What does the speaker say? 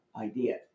idea